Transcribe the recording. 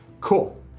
cool